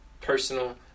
personal